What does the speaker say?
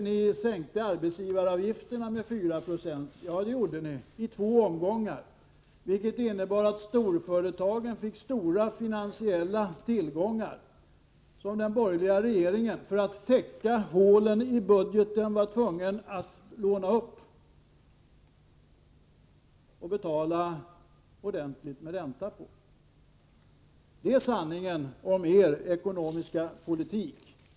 Vi sänkte arbetsgivaravgifterna med 4 96, sade Sten Svensson. Ja, det gjorde ni — i två omgångar. Det innebar att storföretagen fick betydande finansiella tillgångar, som den borgerliga regeringen — för att täcka hålen i budgeten — var tvungen att låna upp och sedan betala ordentlig ränta på. Det är sanningen om er ekonomiska politik.